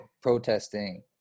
protesting